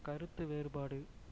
கருத்து வேறுபாடு